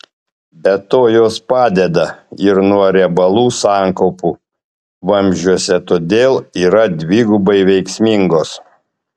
be to jos padeda ir nuo riebalų sankaupų vamzdžiuose todėl yra dvigubai veiksmingos